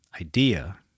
idea